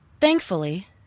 Thankfully